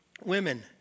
women